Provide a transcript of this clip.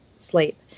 sleep